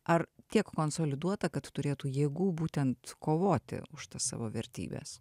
ar tiek konsoliduota kad turėtų jėgų būtent kovoti už tas savo vertybes